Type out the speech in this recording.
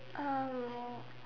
um